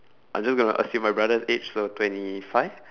I just gonna say my brother's age so twenty five